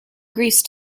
greece